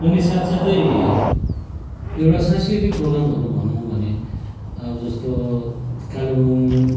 अनि साथसाथै एउटा सांस्कृतिक प्रोग्रामहरू भनौँ भने अब जस्तो कालेबुङ